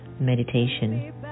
meditation